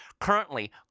Currently